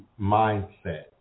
mindset